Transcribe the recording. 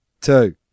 two